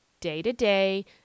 day-to-day